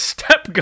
Step